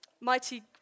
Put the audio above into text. mighty